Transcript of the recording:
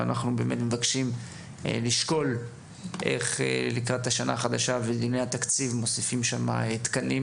ואנחנו באמת מבקשים לשקול איך מוסיפים שם תקנים